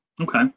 okay